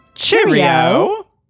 cheerio